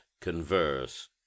converse